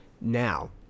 now